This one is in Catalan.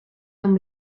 amb